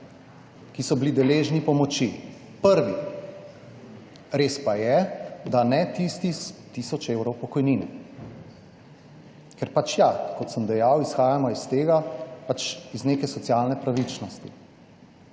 ki so bili deležni pomoči, prvi, res pa je, da ne tisti s tisoč evrov pokojnine, ker pač ja, kot sem dejal, izhajamo iz tega, pač iz neke socialne pravičnosti.